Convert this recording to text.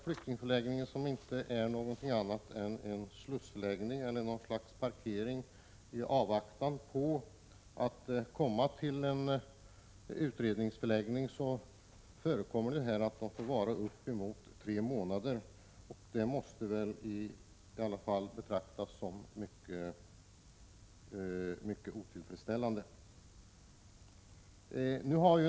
Flyktingförläggningen är i allmänhet en slussförläggning, eller en parkering i avvaktan på plats på en utredningsförläggning. Det förekommer att man får vara uppemot tre månader på en sådan förläggning, och det måste väl i alla fall betraktas som mycket otillfredsställande.